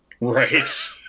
Right